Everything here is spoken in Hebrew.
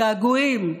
געגועים,